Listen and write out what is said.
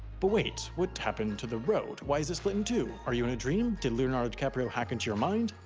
but wait, what happened to the road? why is it split in two? are you in a dream? did leonardo di caprio hack into your mind?